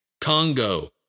Congo